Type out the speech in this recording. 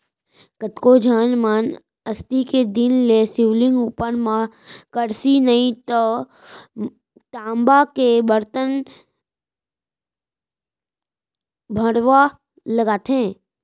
कतको झन मन अक्ती के दिन ले शिवलिंग उपर म करसी नइ तव तामा के बरतन भँड़वा लगाथे